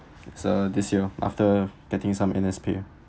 so this year after getting some N_S peer